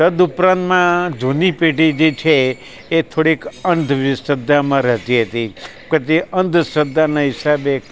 તદ્ઉપરાંતમાં જૂની પેઢી જે છે એ થોડીક અંધ શ્રદ્ધામાં રહેતી હતી કે તે અંધશ્રદ્ધાના હિસાબે